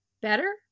better